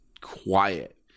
quiet